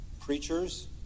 preachers